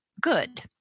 good